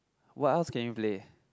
what else can you play